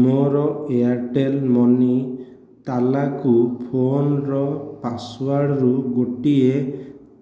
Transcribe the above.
ମୋର Airtel money ତାଲାକୁ ଫୋନ୍ର ପାସୱାର୍ଡ଼ରୁ ଗୋଟିଏ